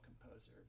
composer